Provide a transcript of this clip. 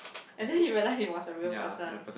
and then you realize it was a real person